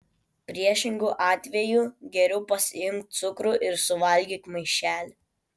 priešingu atveju geriau pasiimk cukrų ir suvalgyk maišelį